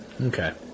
Okay